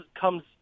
comes